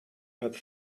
had